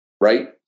right